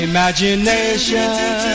Imagination